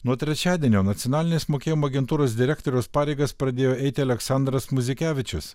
nuo trečiadienio nacionalinės mokėjimo agentūros direktoriaus pareigas pradėjo eiti aleksandras muzikevičius